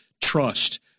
trust